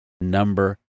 number